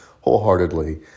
wholeheartedly